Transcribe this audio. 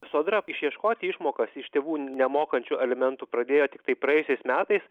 sodra išieškoti išmokas iš tėvų nemokančių alimentų pradėjo tiktai praėjusiais metais